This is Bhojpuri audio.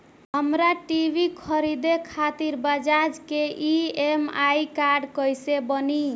हमरा टी.वी खरीदे खातिर बज़ाज़ के ई.एम.आई कार्ड कईसे बनी?